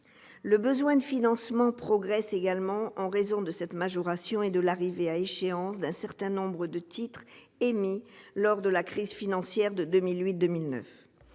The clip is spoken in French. Le besoin de financement progresse également en raison de cette majoration et de l'arrivée à échéance de certains titres émis lors de la crise financière de 2008-2009.